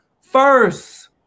first